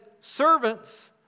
servants